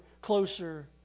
closer